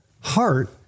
heart